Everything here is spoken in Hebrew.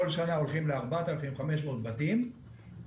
כל שנה אנחנו הולכים ל-4,500 בתים ושואלים